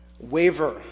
waver